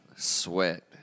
sweat